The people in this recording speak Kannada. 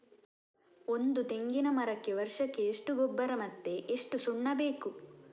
ಒಂದು ತೆಂಗಿನ ಮರಕ್ಕೆ ವರ್ಷಕ್ಕೆ ಎಷ್ಟು ಗೊಬ್ಬರ ಮತ್ತೆ ಎಷ್ಟು ಸುಣ್ಣ ಬೇಕು?